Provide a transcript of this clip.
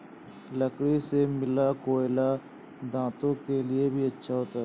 लकड़ी से मिला कोयला दांतों के लिए भी अच्छा होता है